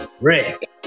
Rick